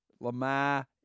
Lamar